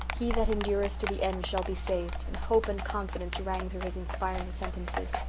he that endureth to the end shall be saved, and hope and confidence rang through his inspiring sentences.